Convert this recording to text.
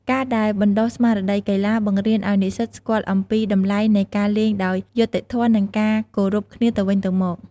ការដែលបណ្ដុះស្មារតីកីឡា បង្រៀនអោយនិស្សិតស្គាល់អំពីតម្លៃនៃការលេងដោយយុត្តិធម៌ និងការគោរពគ្នាទៅវិញទៅមក។